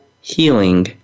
healing